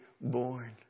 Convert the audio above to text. born